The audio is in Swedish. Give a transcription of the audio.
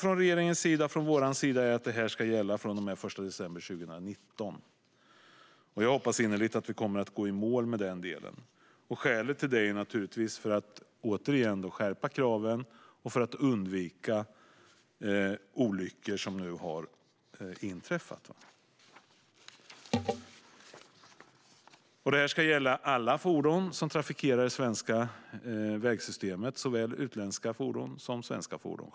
Regeringens och vår ambition är att det ska gälla från och med den 1 december 2019. Jag hoppas innerligt att vi kommer att gå i mål med den delen. Skälet är återigen att vi vill skärpa kraven och undvika att olyckor som har inträffat ska upprepas. Det ska gälla alla fordon som trafikerar det svenska vägsystemet, såväl utländska som svenska fordon.